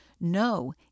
No